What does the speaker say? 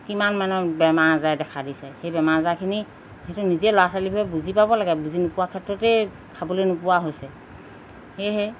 কিমানমানৰ বেমাৰ আজাৰে দেখা দিছে সেই বেমাৰ আজাৰখিনি সেইটো নিজেই ল'ৰা ছোৱালীবোৰে বুজি পাব লাগে বুজি নোপোৱাৰ ক্ষেত্ৰতেই খাবলৈ নোপোৱা হৈছে সেয়েহে